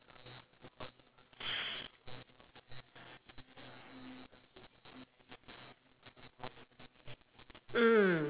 mm